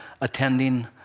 attending